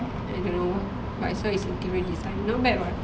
I don't know but I saw is interior design not bad [what]